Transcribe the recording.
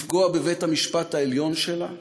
לפגוע בבית-המשפט העליון שלה,